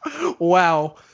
Wow